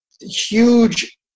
huge